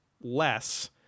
less